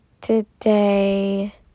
today